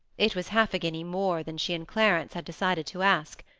it was half a guinea more than she and clarence had decided to ask.